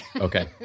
Okay